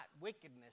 wickedness